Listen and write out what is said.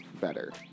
better